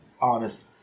Honest